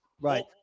right